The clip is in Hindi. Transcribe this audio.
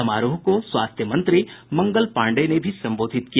समारोह को स्वास्थ्य मंत्री मंगल पांडेय ने भी संबोधित किया